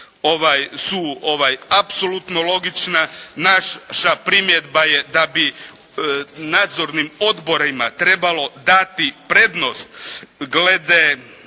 su apsolutno logična. Naša primjedba je da bi nadzornim odborima trebalo dati prednost glede